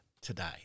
today